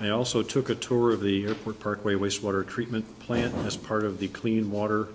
he also took a tour of the airport parkway wastewater treatment plant in this part of the clean water